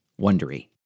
Wondery